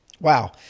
Wow